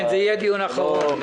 זה יהיה דיון אחרון.